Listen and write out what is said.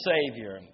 Savior